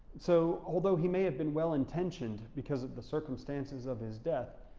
so, although he may have been well intentioned because of the circumstances of his death,